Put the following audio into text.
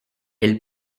elle